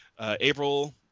April